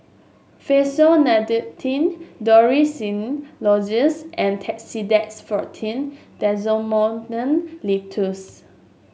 Dorithricin Lozenges and Tussidex Forte Linctus